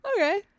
Okay